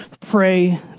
pray